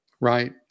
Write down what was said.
Right